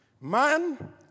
man